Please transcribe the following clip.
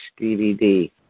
DVD